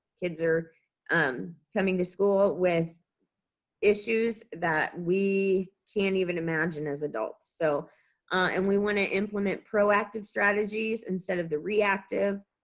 kids are um coming to school with issues that we can't even imagine as adults. so and we wanna implement proactive strategies instead of the reactive.